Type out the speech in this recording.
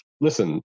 listen